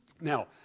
Now